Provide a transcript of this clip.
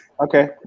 Okay